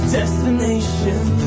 destination